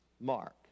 Mark